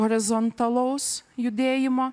horizontalaus judėjimo